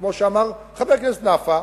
וכמו שאמר חבר הכנסת נפאע,